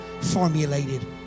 formulated